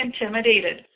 intimidated